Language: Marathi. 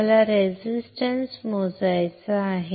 मला रेझिस्टन्स मोजायचा आहे